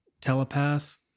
telepath